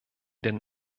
den